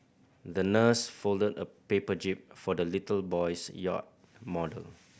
the nurse folded a paper jib for the little boy's yacht model